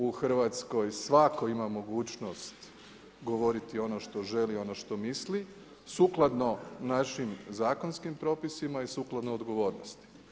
U Hrvatskoj svatko ima mogućnost govoriti ono što želi, ono što misli sukladno našim zakonskim propisima i sukladno odgovornosti.